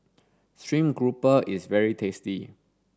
Stream Grouper is very tasty